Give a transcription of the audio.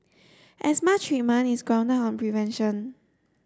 asthma treatment is grounded on prevention